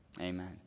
Amen